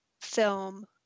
film